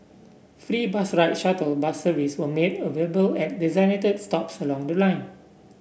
free bus rides shuttle bus service were made available at designated stops along the line